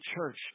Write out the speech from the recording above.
church